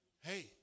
Hey